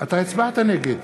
אתה הצבעת נגד.